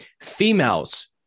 females